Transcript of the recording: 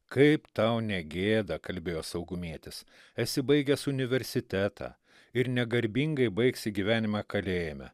kaip tau negėda kalbėjo saugumietis esi baigęs universitetą ir negarbingai baigsi gyvenimą kalėjime